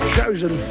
Chosen